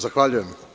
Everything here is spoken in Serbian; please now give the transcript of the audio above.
Zahvaljujem.